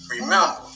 Remember